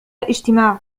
الإجتماع